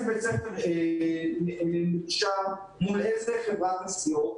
בית-ספר עבד מול איזו חברת נסיעות.